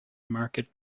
market